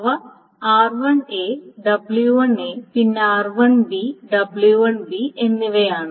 അവ r1 w1 പിന്നെ r1 w1 എന്നിവയാണ്